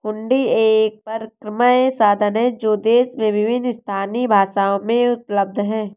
हुंडी एक परक्राम्य साधन है जो देश में विभिन्न स्थानीय भाषाओं में उपलब्ध हैं